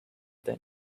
than